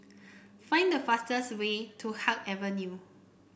find the fastest way to Haig Avenue